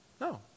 No